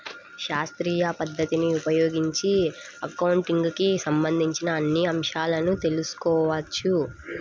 శాస్త్రీయ పద్ధతిని ఉపయోగించి అకౌంటింగ్ కి సంబంధించిన అన్ని అంశాలను తెల్సుకోవచ్చు